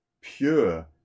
pure